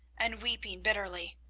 and weeping bitterly,